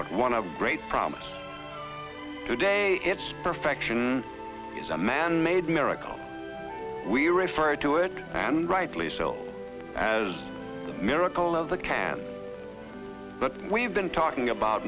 but one of great promise today its perfection is a man made miracle we refer to it and rightly so as miracle of the can but we've been talking about